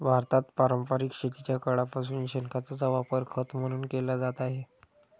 भारतात पारंपरिक शेतीच्या काळापासून शेणखताचा वापर खत म्हणून केला जात आहे